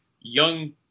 young